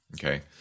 okay